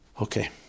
Okay